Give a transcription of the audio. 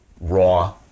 raw